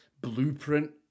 blueprint